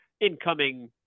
incoming